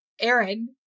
Aaron